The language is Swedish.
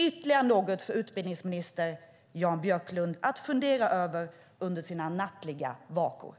Ytterligare något för utbildningsminister Jan Björklund att fundera över under sina nattliga vakor.